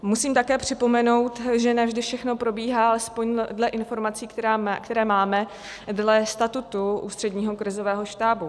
Musím také připomenout, že ne vždy všechno probíhá, aspoň dle informací, které máme, dle statutu Ústředního krizového štábu.